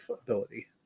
ability